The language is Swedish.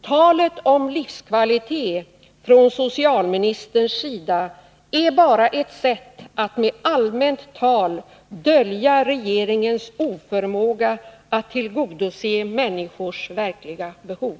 Talet om livskvalitet från socialministerns sida är bara ett sätt att med allmänt tal dölja regeringens oförmåga att tillgodose människors verkliga behov.